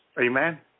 Amen